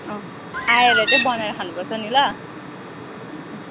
अँ आएर चाहिँ बनाएर खानुपर्छ नि ल